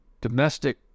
domestic